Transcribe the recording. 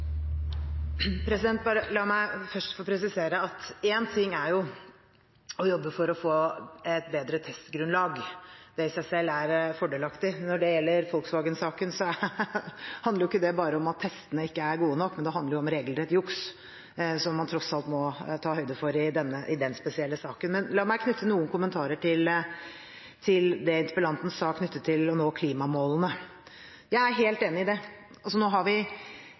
å jobbe for å få et bedre testgrunnlag. Det i seg selv er fordelaktig. Når det gjelder Volkswagen-saken, handler ikke det bare om at testene ikke er gode nok, men også om at det er regelrett juks, som man tross alt må ta høyde for i denne spesielle saken. Men la meg knytte noen kommentarer til det interpellanten sa om å nå klimamålene. Jeg er helt enig i det. Nå har vi